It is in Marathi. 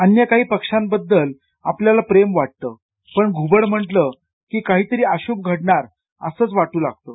अन्य काही पक्ष्याबद्दल आपल्याला प्रेम वाटते पण घूबड म्हटलं की काहीतरी अशूभ घडणार असंच वाट्र लागतं